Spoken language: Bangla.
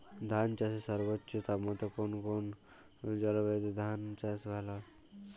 ধান চাষে সর্বোচ্চ তাপমাত্রা কত কোন জলবায়ুতে ধান চাষ ভালো হয়?